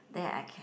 there I can